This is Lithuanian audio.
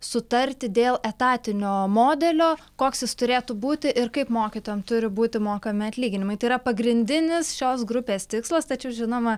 sutarti dėl etatinio modelio koks jis turėtų būti ir kaip mokytojam turi būti mokami atlyginimai tai yra pagrindinis šios grupės tikslas tačiau žinoma